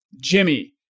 Jimmy